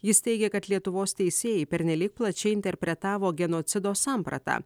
jis teigia kad lietuvos teisėjai pernelyg plačiai interpretavo genocido sampratą